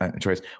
choice